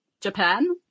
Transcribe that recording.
Japan